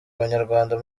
abanyarwanda